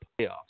playoffs